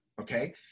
okay